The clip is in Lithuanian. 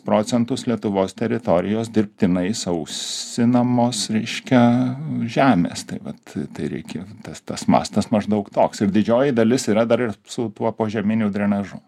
procentus lietuvos teritorijos dirbtinai sausinamos reiškia žemės tai vat tai reikia tas tas mastas maždaug toks ir didžioji dalis yra dar ir su tuo požeminiu drenažu